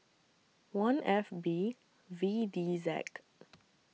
one F B V D Z